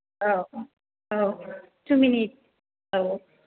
औ औ two minutes औ